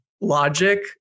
logic